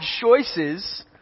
choices